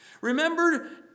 Remember